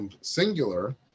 singular